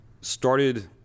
started